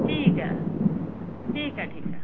ठीक ऐ ठीक ऐ ठीक